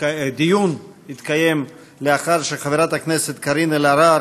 הדיון יתקיים לאחר שחברת הכנסת קארין אלהרר,